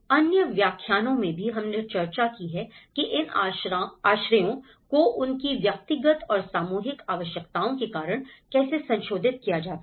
अन्य व्याख्यानों में भी हमने चर्चा की है कि इन आश्रयों को उनकी व्यक्तिगत और सामूहिक आवश्यकताओं के कारण कैसे संशोधित किया जाता है